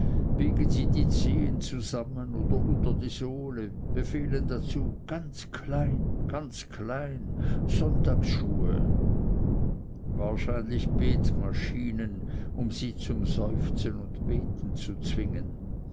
sie die zehen zusammen oder unter die sohle befehlen dazu ganz klein ganz klein sonntagsschuhe wahrscheinlich betmaschinen um sie zum seufzen und beten zu zwingen